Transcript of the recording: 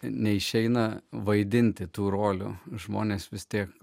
neišeina vaidinti tų rolių žmonės vis tiek